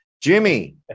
Jimmy